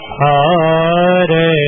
hare